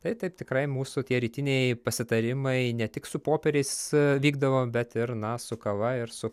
taip tikrai mūsų tie rytiniai pasitarimai ne tik su popieriais vykdavo bet ir na su kava ir su